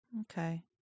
Okay